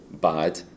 bad